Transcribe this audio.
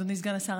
אדוני סגן השר,